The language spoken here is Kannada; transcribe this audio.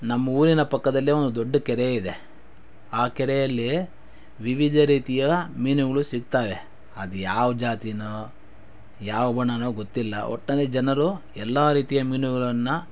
ನಮ್ಮೂರಿನ ಪಕ್ಕದಲ್ಲೇ ಒಂದು ದೊಡ್ಡ ಕೆರೆ ಇದೆ ಆ ಕೆರೆಯಲ್ಲಿ ವಿವಿಧ ರೀತಿಯ ಮೀನುಗಳು ಸಿಗ್ತಾವೆ ಅದು ಯಾವ ಜಾತಿಯೋ ಯಾವ ಗುಣವೋ ಗೊತ್ತಿಲ್ಲ ಒಟ್ನಲ್ಲಿ ಜನರು ಎಲ್ಲ ರೀತಿಯ ಮೀನುಗಳನ್ನು